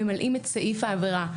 ממלאים את סעיף העבירה.